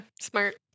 smart